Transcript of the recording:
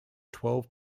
twelve